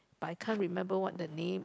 but I can't remember what the name